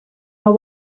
know